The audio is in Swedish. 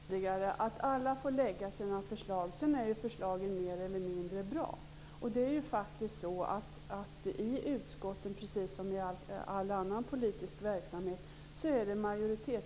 Herr talman! Som jag sade tidigare får alla lägga fram sina förslag. Sedan är förslagen mer eller mindre bra. Det är faktiskt så att det är majoritetsbesluten som råder i utskottet precis som i all annan politisk verksamhet.